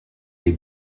les